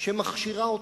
שמכשירה אותו.